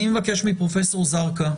אני מבקש מפרופסור זרקא.